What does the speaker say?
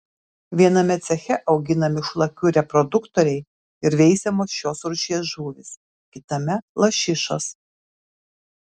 viename ceche auginami šlakių reproduktoriai ir veisiamos šios rūšies žuvys kitame lašišos